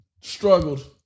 Struggled